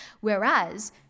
Whereas